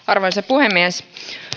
arvoisa puhemies